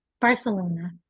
Barcelona